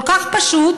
כל כך פשוט,